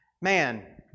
man